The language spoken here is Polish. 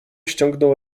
ściągnął